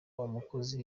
umukozi